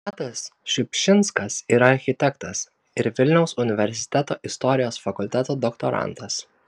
matas šiupšinskas yra architektas ir vilniaus universiteto istorijos fakulteto doktorantas